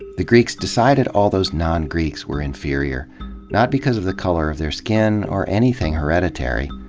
the greeks decided all those non-greeks were inferior not because of the color of their skin or anything hereditary,